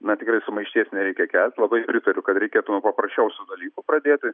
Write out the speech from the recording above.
na tikrai sumaišties nereikia kelt labai pritariu kad reikėtų nuo paprasčiausių dalykų pradėti